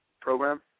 program